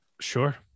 sure